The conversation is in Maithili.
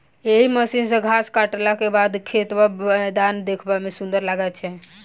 एहि मशीन सॅ घास काटलाक बाद खेत वा मैदान देखबा मे सुंदर लागैत छै